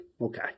okay